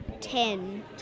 Ten